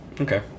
Okay